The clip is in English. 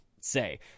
say